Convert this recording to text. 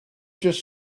just